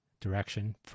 direction